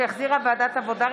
שהחזירה ועדת העבודה,